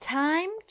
time